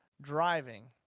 driving